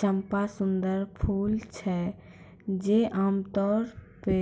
चंपा सुंदर फूल छै जे आमतौरो पे